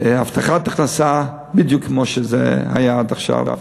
הבטחת הכנסה בדיוק כמו שזה היה עד עכשיו,